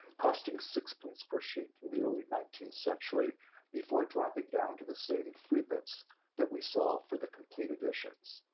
costing six pence per sheet through the early nineteenth century before dropping down to the same three pence that we saw for the complete editions.